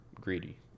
greedy